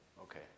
Okay